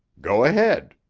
go ahead.